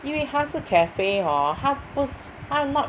因为它是 cafe hor 它不是它 not